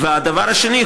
והדבר השני,